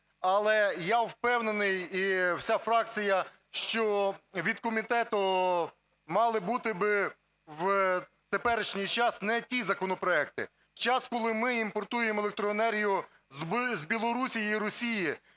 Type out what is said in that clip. але я впевнений, і вся фракція, що від комітету мали бути би в теперішній час не ті законопроекти. В час, коли ми імпортуємо електроенергію з Білорусі і Росії,